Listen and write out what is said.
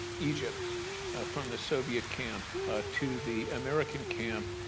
egypt from the soviet camp to the american camp,